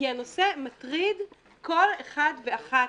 כי הנושא מטריד כל אחד ואחת.